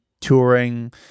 touring